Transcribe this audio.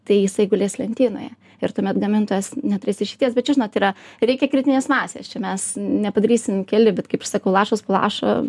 tai jisai gulės lentynoje ir tuomet gamintojas neturės išeities bet čia žinot yra reikia kritinės masės čia mes nepadarysim keli bet kaip ir sakau lašas po lašo